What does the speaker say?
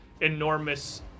enormous